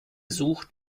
sucht